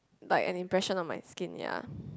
like an impression on my skin ya